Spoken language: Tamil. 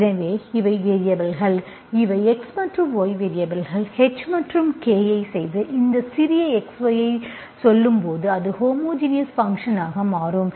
எனவே இவை வேரியபல்கள் இவை x மற்றும் y வேரியபல்கள் h மற்றும் k ஐ செய்து இந்த சிறிய x y ஐ சொல்லும்போது அது ஹோமோஜினஸ் ஃபங்க்ஷன் ஆக மாறும்